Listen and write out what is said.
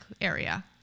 area